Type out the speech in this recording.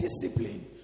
discipline